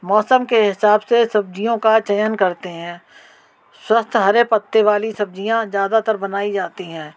मौसम के हिसाब से सब्ज़ियों का चयन करते हैं स्वस्थ हरे पत्ते वाली सब्ज़ियाँ ज़्यादातर बनाई जाती है